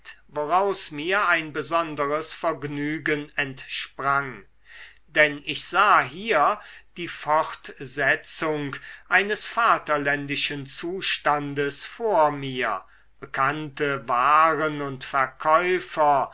woraus mir ein besonderes vergnügen entsprang denn ich sah hier die fortsetzung eines vaterländischen zustandes vor mir bekannte waren und verkäufer